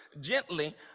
gently